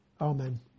Amen